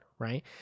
Right